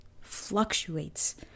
fluctuates